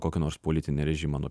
kokį nors politinį režimą nuo